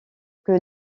que